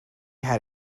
had